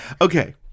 Okay